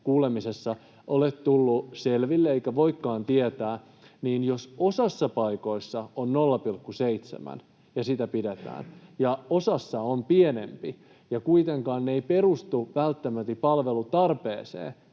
valiokuntakuulemisessa ole tullut selville, eikä voidakaan tietää — että jos osassa paikoissa on 0,7 ja sitä pidetään ja osassa on pienempi ja kuitenkaan ne eivät perustu välttämättä palvelutarpeeseen,